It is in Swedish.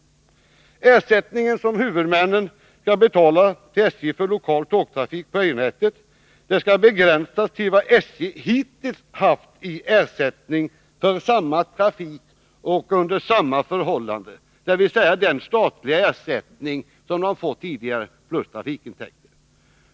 Den ersättning som huvudmännen skall betala till SJ för lokal tågtrafik på ersättningsnätet skall begränsas till vad SJ hittills haft i ersättning för samma trafik under samma förhållanden, dvs. den statliga ersättning som SJ fått tidigare plus trafikintäkter.